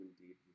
indeed